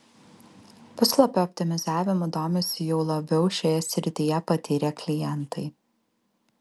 puslapio optimizavimu domisi jau labiau šioje srityje patyrę klientai